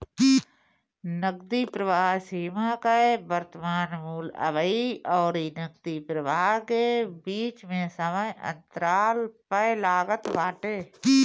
नगदी प्रवाह सीमा कअ वर्तमान मूल्य अबही अउरी नगदी प्रवाह के बीच के समय अंतराल पअ लागत बाटे